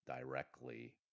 directly